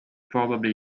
probably